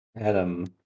Adam